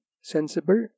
sensible